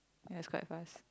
ya it's quite fast